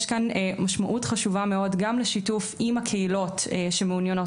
יש כאן משמעות חשובה מאוד גם לשיתוף עם הקהילות שמעוניינות